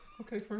Okay